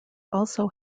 also